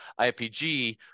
ipg